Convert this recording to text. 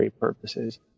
purposes